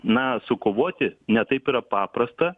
na sukovoti ne taip yra paprasta